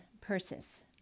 Persis